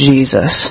Jesus